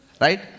right